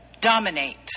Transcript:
dominate